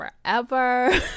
forever